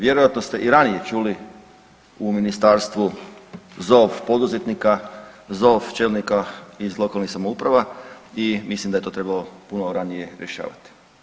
Vjerojatno ste i ranije čuli u ministarstvu zov poduzetnika, zov čelnika iz lokalnih samouprava i mislim da je to trebalo puno ranije rješavati.